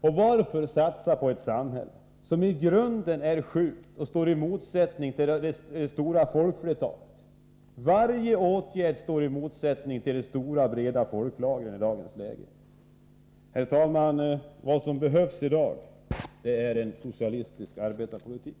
Och varför satsa på ett samhälle som i grunden är sjukt och står i motsättning till det stora folkflertalet? Varje åtgärd står i motsättning till de stora breda folklagrens intressen i dagens läge. Herr talman! Vad som behövs i dag är en socialistisk arbetarpolitik.